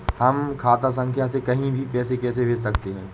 हम खाता संख्या से कहीं भी पैसे कैसे भेज सकते हैं?